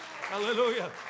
Hallelujah